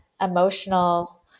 emotional